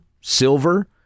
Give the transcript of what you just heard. silver